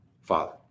father